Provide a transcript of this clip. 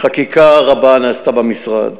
חקיקה רבה נעשתה במשרד.